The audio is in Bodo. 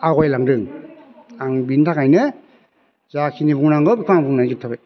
आवगयलांदों आं बिनि थाखायनो जाखाखिनि बुंनांगौ आं बेखौ बुंनानै जोबथाबाय